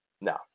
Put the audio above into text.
No